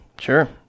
sure